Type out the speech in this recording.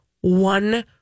one